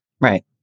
Right